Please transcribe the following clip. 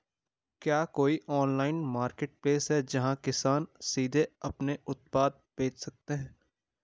क्या कोई online marketplace है, जहां किसान सीधे अपने उत्पाद बेच सकते हैं?